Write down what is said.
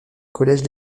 collège